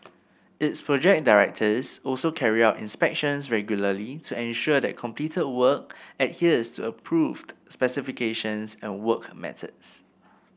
its project directors also carry out inspections regularly to ensure that completed work adheres to approved specifications and work methods